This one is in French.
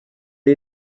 est